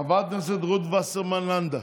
חברת הכנסת רות וסרמן לנדה,